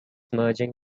merging